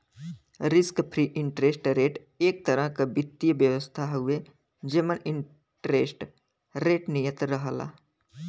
risk free interest rate एक तरह क वित्तीय व्यवस्था हउवे जेमन इंटरेस्ट रेट नियत रहला